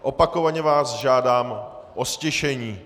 Opakovaně vás žádám o ztišení.